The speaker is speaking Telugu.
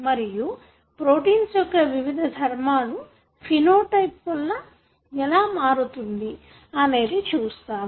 మరియు ప్రోటీన్స్ యొక్క వివిధ ధర్మాలు ఫీనో టైపు వాళ్ళ ఎలా మారుతుంది అనేది చూస్తాము